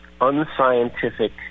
unscientific